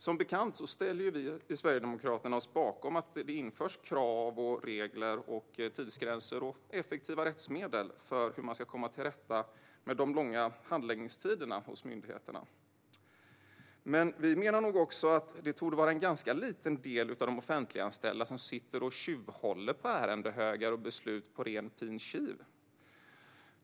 Som bekant ställer vi i Sverigedemokraterna oss bakom att det införs krav, regler, tidsgränser och effektiva rättsmedel för att komma till rätta med de långa handläggningstiderna hos myndigheterna. Men vi menar nog också att det torde vara en ganska liten del av de offentliganställda som sitter och tjuvhåller på ärendehögar och beslut på rent pin kiv.